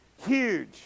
Huge